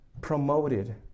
promoted